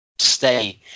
Stay